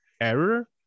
error